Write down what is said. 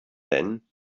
then